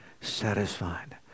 satisfied